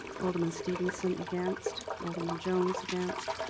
alderman stevenson against, alderman jones against,